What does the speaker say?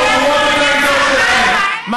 מנהיגות אומרות את העמדות שלהן.